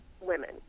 women